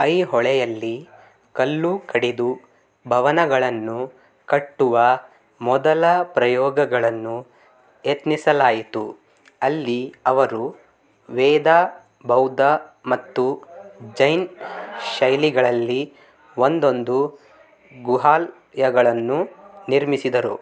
ಐಹೊಳೆಯಲ್ಲಿ ಕಲ್ಲು ಕಡಿದು ಭವನಗಳನ್ನು ಕಟ್ಟುವ ಮೊದಲ ಪ್ರಯೋಗಗಳನ್ನು ಯತ್ನಿಸಲಾಯಿತು ಅಲ್ಲಿ ಅವರು ವೇದ ಬೌದ್ಧ ಮತ್ತು ಜೈನ್ ಶೈಲಿಗಳಲ್ಲಿ ಒಂದೊಂದು ಗುಹಾಲಯಗಳನ್ನು ನಿರ್ಮಿಸಿದರು